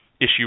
issue